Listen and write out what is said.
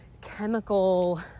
chemical